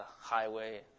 highway